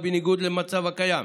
ובניגוד למצב הקיים,